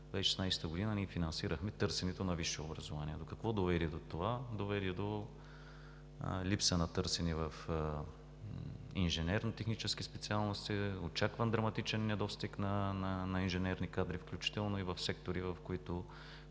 През 2016 г. ние финансирахме търсенето на висше образование. Какво доведе до това – липса на търсене в инженерно-технически специалности, очакван драматичен недостиг на инженерни кадри, включително и в сектори, в които